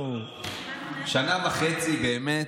שנה וחצי באמת.